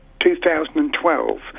2012